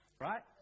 Right